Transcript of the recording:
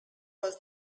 was